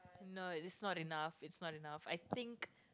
no it is not enough it's not enough I think